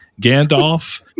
Gandalf